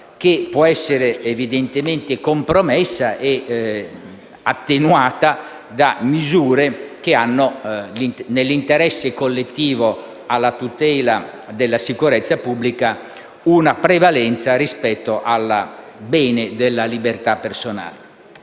che può essere evidentemente compromessa e attenuata da misure che, nell'interesse collettivo alla tutela della sicurezza pubblica, hanno una prevalenza rispetto al bene della libertà personale.